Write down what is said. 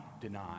deny